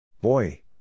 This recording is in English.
Boy